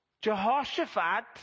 Jehoshaphat